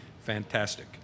fantastic